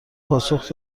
پاسخ